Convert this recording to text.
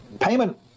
Payment